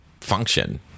function